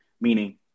meaning